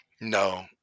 No